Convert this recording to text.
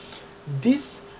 this